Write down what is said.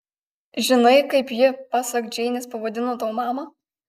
žinai kaip ji pasak džeinės pavadino tavo mamą